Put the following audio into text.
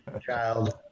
Child